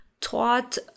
taught